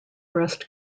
breast